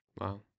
Wow